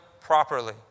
properly